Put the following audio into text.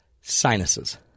Sinuses